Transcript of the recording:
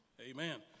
Amen